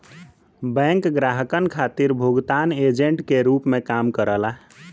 bank ग्राहकन खातिर भुगतान एजेंट के रूप में काम करला